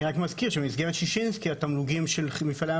אני מזכיר שבמסגרת ששינסקי התמלוגים של מפעלי ים